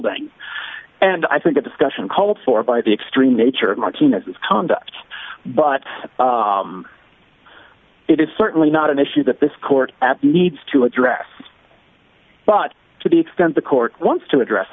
ding and i think the discussion called for by the extreme nature of martinez's conduct but it is certainly not an issue that this court app needs to address but to the extent the court wants to address